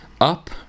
up